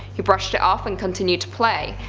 he brushed it off and continued to play.